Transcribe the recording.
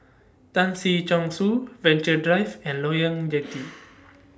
Tan Si Chong Su Venture Drive and Loyang Jetty